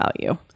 value